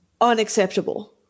Unacceptable